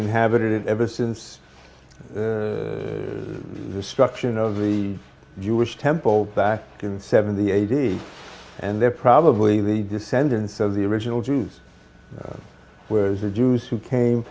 inhabited ever since destruction of the jewish temple back in seventy eighty and they're probably the descendants of the original jews where's the jews who came